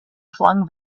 flung